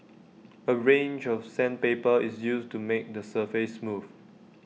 A range of sandpaper is used to make the surface smooth